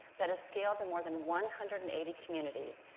that has scaled to more than one hundred and eighty communities,